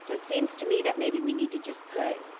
so it seems to me that maybe we need to just put,